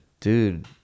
dude